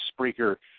speaker